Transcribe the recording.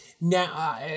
Now